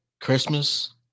Christmas